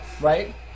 Right